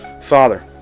Father